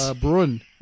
Brun